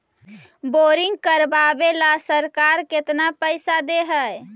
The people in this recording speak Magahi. बोरिंग करबाबे ल सरकार केतना पैसा दे है?